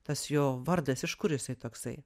tas jo vardas iš kur jisai toksai